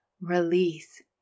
release